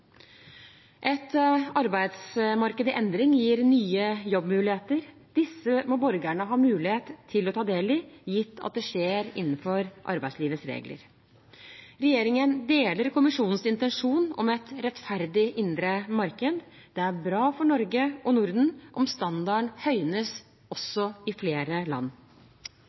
Et arbeidsmarked i endring gir nye jobbmuligheter. Disse må borgerne ha mulighet til å ta del i, gitt at det skjer innenfor arbeidslivets regler. Regjeringen deler kommisjonens intensjon om et rettferdig indre marked. Det er bra for Norge og Norden om standarden høynes i flere land.